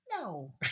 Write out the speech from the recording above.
No